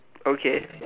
okay